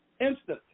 instantly